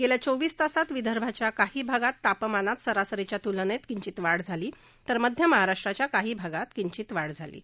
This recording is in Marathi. गेल्या चोवीस तासात विदर्भाच्या काही भागात तापमानात सरासरीच्या त्लनेत किंचित वाढ झाली तर मध्य महाराष्ट्राच्या काही भागात किंचित वाढ झाली आहे